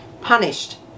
punished